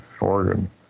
Oregon